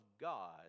God